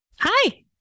Hi